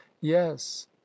yes